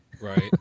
Right